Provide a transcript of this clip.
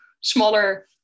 smaller